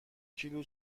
کیلو